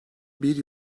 bir